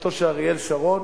בתקופתו של אריאל שרון.